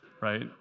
right